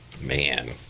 man